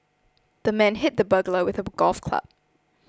the man hit the burglar with a golf club